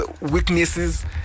weaknesses